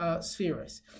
spheres